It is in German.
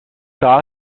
das